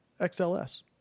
XLS